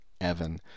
Evan